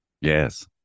Yes